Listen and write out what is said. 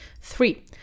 Three